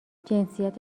جنسیت